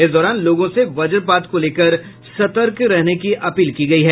इस दौरान लोगों से वज्रपात को लेकर सतर्क रहने की अपील की गयी है